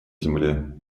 земле